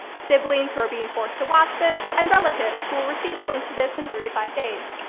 siblings who are being forced to watch this, and relatives who will receive the link to this in three to five days.